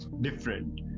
different